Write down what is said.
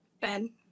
Ben